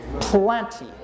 plenty